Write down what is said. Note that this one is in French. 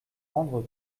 rendre